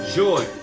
joy